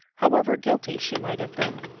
however guilty she might have befen.